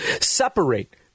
separate